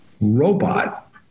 robot